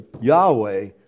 Yahweh